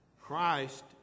Christ